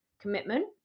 commitment